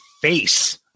face